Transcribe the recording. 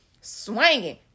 swinging